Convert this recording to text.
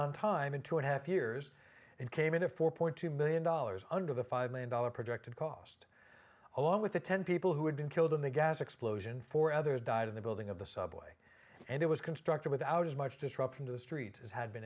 on time in two and a half years and came in a four point two million dollars under the five million dollars projected cost along with the ten people who had been killed in the gas explosion four others died in the building of the subway and it was constructed without as much disruption to the street as had been